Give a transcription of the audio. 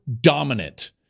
dominant